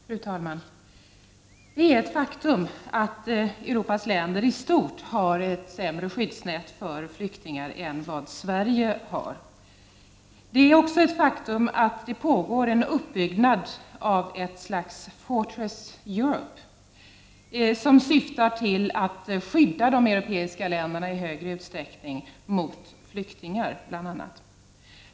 Fru talman! Det är ett faktum att Europas länder i stort har ett sämre skyddsnät för flyktingar än vad Sverige har. Det är också ett faktum att det pågår en uppbyggnad av ett slags ”Fortress Europe” som syftar till att skydda de europeiska länderna i större utsträckning mot bl.a. flyktingar.